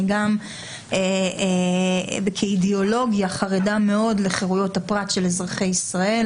גם אני כאידיאולוגיה חרדה מאוד לחרויות הפרט של אזרחי ישראל